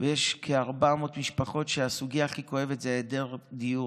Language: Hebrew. ויש כ-400 משפחות שהסוגיה הכי כואבת להם היא היעדר דיור.